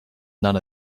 none